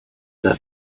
that